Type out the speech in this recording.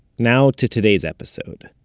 now to today's episode